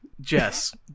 Jess